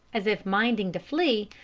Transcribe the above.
as if minded to flee,